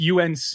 UNC